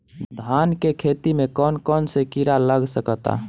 धान के खेती में कौन कौन से किड़ा लग सकता?